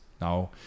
Now